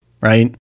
right